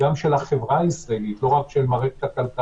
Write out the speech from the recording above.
גם של החברה הישראלית, לא רק של מערכת הכלכלה.